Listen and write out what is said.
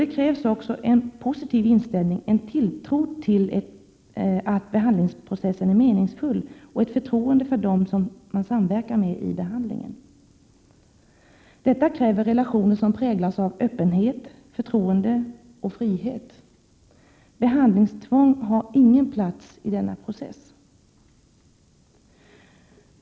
Det krävs också en positiv inställning, en tilltro till att behandlingsprocessen är meningsfull och ett förtroende för dem som man samverkar med i behandlingen. Detta kräver relationer som präglas av öppenhet, förtroende och frihet. Behandlingstvång har ingen plats i denna process.